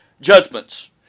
judgments